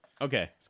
Okay